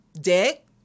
dick